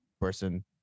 person